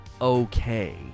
okay